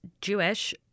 Jewish